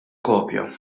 kopja